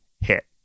hit